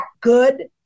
good